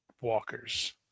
walkers